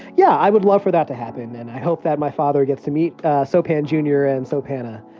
yeah, i would love for that to happen, and i hope that my father gets to meet sopan jr. and sopana.